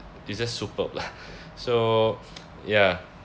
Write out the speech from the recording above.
it's just superb lah so ya